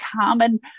common